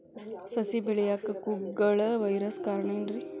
ಸಸಿ ಬೆಳೆಯಾಕ ಕುಗ್ಗಳ ವೈರಸ್ ಕಾರಣ ಏನ್ರಿ?